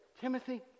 Timothy